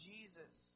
Jesus